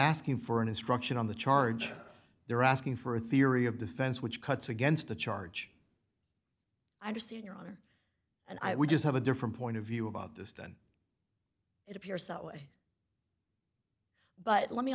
asking for an instruction on the charge they're asking for a theory of defense which cuts against the charge i understand your honor and i would just have a different point of view about this than it appears that way but let me